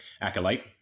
Acolyte